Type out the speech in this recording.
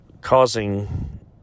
causing